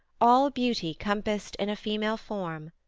all beauty compassed in a female form,